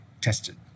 tested